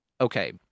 okay